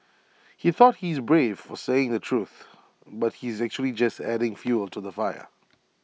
he thought he's brave for saying the truth but he's actually just adding fuel to the fire